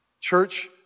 Church